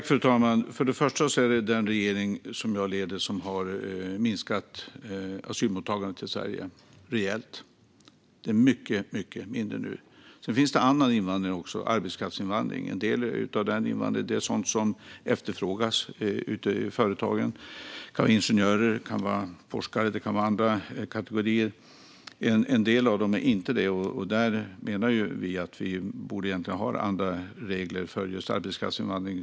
Fru talman! Det är den regering som jag leder som har minskat asylmottagandet till Sverige rejält. Det är nu mycket mindre. Det finns också annan invandring, som arbetskraftsinvandringen. En del av den invandringen är sådan som efterfrågas av företagen. Det kan handla om ingenjörer, forskare och andra kategorier. En del är dock inte det. Där menar vi att vi egentligen borde ha andra regler för just arbetskraftsinvandring.